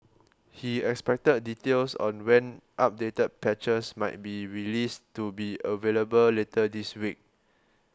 he expected details on when updated patches might be released to be available later this week